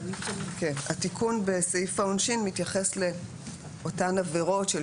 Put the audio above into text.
התיקון בסעיף העונשין מתייחס לאותן עבירות של